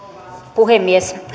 puhemies